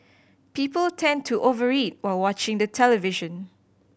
people tend to over eat while watching the television